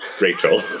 Rachel